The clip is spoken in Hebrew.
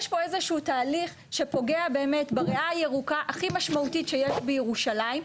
יש פה איזשהו תהליך שפוגע באמת בריאה הירוקה הכי משמעותית שיש בירושלים,